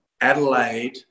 Adelaide